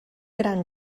gran